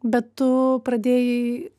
bet tu pradėjai